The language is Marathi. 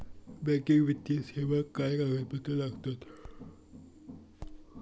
बँकिंग वित्तीय सेवाक काय कागदपत्र लागतत?